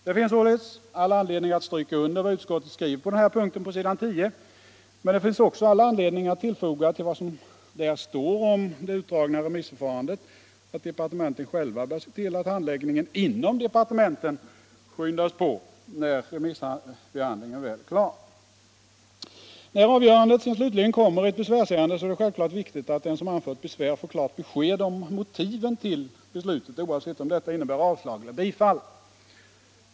Det finns all anledning att stryka under vad utskottet skriver på den här punkten på s. 10. Men det finns också all anledning att foga till vad som där står om det utdragna remissförfarandet, att departementen själva bör se till att handläggningen inom departementen skyndas på när remissbehandlingen väl är klar. När avgörandet slutligen kommer i ett besvärsärende är det självfallet viktigt att den som anfört besvär får klart besked om motiven till beslutet oavsett om detta innebär avslag eller bifall.